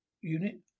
unit